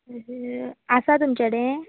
आसा तुमचे कडेन